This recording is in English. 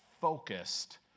focused